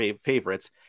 favorites